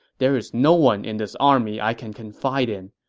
there is no one in this army i can confide in,